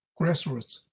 grassroots